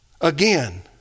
Again